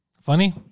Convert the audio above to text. Funny